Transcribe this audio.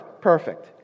perfect